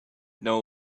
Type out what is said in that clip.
know